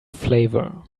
flavor